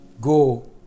go